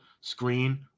screen